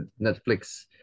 netflix